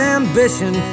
ambition